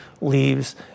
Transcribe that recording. leaves